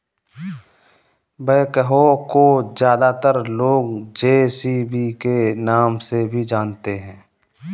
backhoe को ज्यादातर लोग जे.सी.बी के नाम से भी जानते हैं